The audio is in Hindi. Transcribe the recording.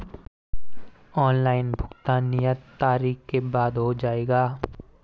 ऑनलाइन भुगतान नियत तारीख के बाद हो जाएगा?